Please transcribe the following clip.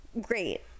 great